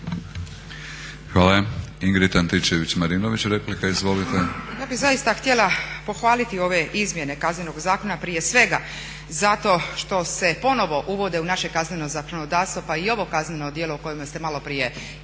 replika. Izvolite. **Antičević Marinović, Ingrid (SDP)** Ja bih zaista htjela pohvaliti ove izmjene Kaznenog zakona prije svega zato što se ponovo uvode u naše kazneno zakonodavstvo pa i ovo kazneno djelo o kojem ste malo prije oboje